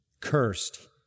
cursed